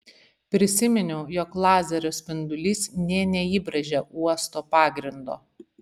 prisiminiau jog lazerio spindulys nė neįbrėžė uosto pagrindo